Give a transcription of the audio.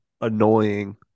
annoying